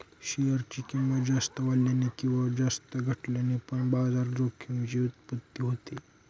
share ची किंमत जास्त वाढल्याने किंवा जास्त घटल्याने पण बाजार जोखमीची उत्पत्ती होते